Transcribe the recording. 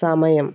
സമയം